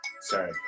Sorry